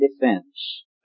defense